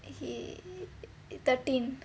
he thirteen